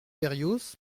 berrios